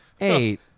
Eight